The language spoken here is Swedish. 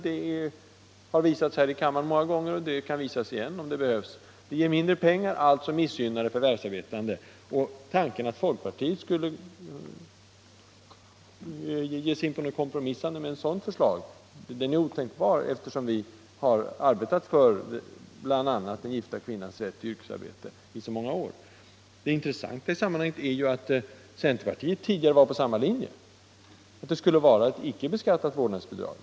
Det har visats här i kammaren många gånger, och det kan visas igen om det behövs. Ert förslag ger mindre pengar, alltså missgynnar det de förvärvsarbetande. Att folkpartiet skulle ge sig in på något kompromissande med ett sådant förslag är otänkbart, eftersom vi arbetat för bl.a. den gifta kvinnans rätt till yrkesarbete i så många år. Det intressanta i sammanhanget är att centerpartiet tidigare var på samma linje, att det skulle vara ett icke beskattat vårdnadsbidrag.